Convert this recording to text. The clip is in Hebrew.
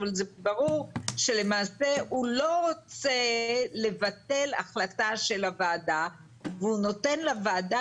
אבל זה ברור שלמעשה הוא לא רוצה לבטל החלטה של הוועדה והוא נותן לוועדה